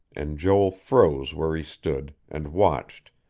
and joel froze where he stood, and watched,